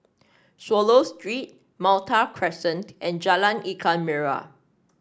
Swallow Street Malta Crescent and Jalan Ikan Merah